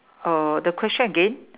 err the question again